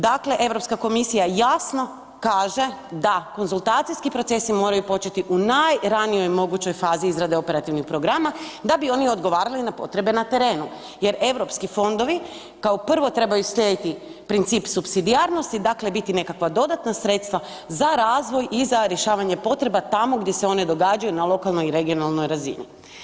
Dakle, Europska komisija jasno kaže da konzultacijski procesi moraju početi u najranijoj mogućoj fazi izradi operativnih programa da bi oni odgovarali na potrebe na terenu jer Europski fondovi kao prvo trebaju slijediti princip supsidijarnosti dakle biti nekakva dodatna sredstva za razvoj i za rješavanje potreba tamo gdje se one događaju na lokalnoj i regionalnoj razini.